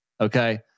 Okay